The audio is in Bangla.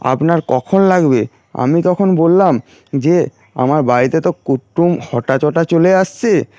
আপনার কখন লাগবে আমি তখন বললাম যে আমার বাড়িতে তো কুটুম হঠাৎ হঠাৎ চলে আসছে